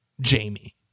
Jamie